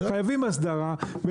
חייבים הסדרה.